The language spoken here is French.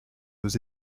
aux